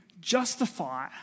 justify